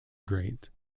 great